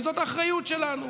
כי זאת האחריות שלנו,